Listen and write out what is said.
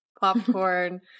popcorn